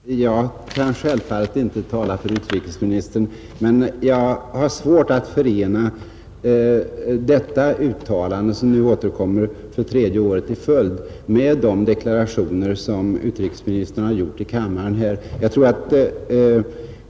Fru talman! Jag kan självfallet inte tala för utrikesministern, men jag har svårt att förena detta uttalande, som nu återkommer för tredje året i följd, med de deklarationer som utrikesministern har gjort här i kammaren i år.